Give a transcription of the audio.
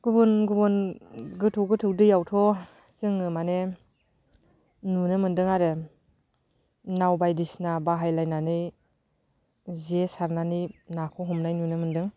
गुबुन गुबुन गोथौ गोथौ दैयावथ' जोङो माने नुनो मोनदों आरो नाव बायदिसिना बाहायलायनानै जे सारनानै नाखौ हमनाय नुनो मोनदों